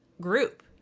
group